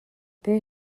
they